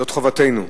זו חובתנו.